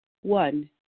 one